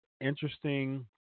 interesting